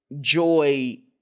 joy